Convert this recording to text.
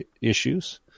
issues